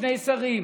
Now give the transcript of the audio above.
שני שרים,